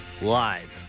Live